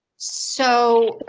so,